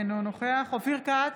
אינו נוכח אופיר כץ,